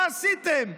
מה עשיתם?